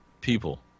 people